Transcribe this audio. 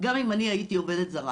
גם אם אני הייתי עובדת זרה,